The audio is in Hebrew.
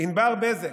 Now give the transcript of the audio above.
ענבר בזק,